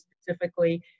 specifically